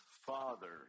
Father